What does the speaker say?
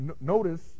Notice